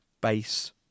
base